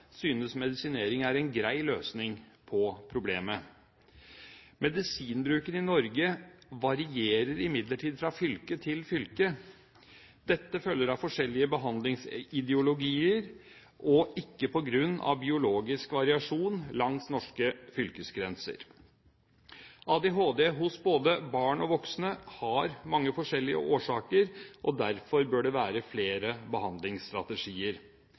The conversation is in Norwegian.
synes medisinering er en grei løsning på problemet. Medisinbruken i Norge varierer imidlertid fra fylke til fylke. Dette følger av forskjellige behandlingsideologier og er ikke på grunn av biologisk variasjon langs norske fylkesgrenser. ADHD hos både barn og voksne har mange forskjellige årsaker, og derfor bør det være flere behandlingsstrategier.